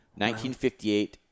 1958